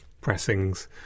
pressings